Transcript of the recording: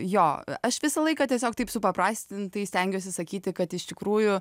jo aš visą laiką tiesiog taip supaprastintai stengiuosi sakyti kad iš tikrųjų